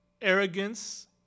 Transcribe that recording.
arrogance